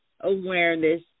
awareness